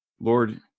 Lord